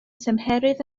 tymheredd